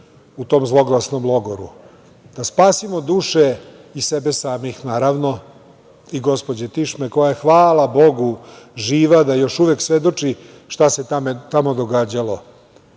u tom zloglsnom logoru, da spasimo duše i sebe samih, naravno i gospođe Tišme koja je, hvala Bogu živa, da još uvek svedoči šta se tamo događalo. Nije